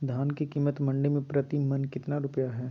धान के कीमत मंडी में प्रति मन कितना रुपया हाय?